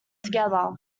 together